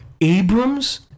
Abrams